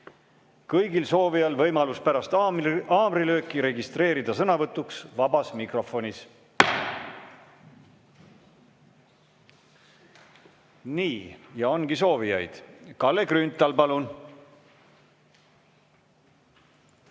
kõigil soovijail võimalus pärast haamrilööki registreeruda sõnavõtuks vabas mikrofonis. Nii, ja ongi soovijaid. Kalle Grünthal, palun!